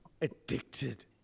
addicted